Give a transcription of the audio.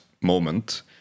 moment